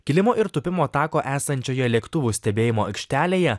kilimo ir tūpimo tako esančioje lėktuvų stebėjimo aikštelėje